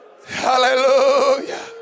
Hallelujah